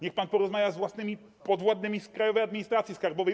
Niech pan porozmawia z własnymi podwładnymi z Krajowej Administracji Skarbowej.